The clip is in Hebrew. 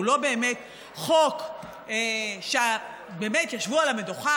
הוא לא באמת חוק שבאמת ישבו על המדוכה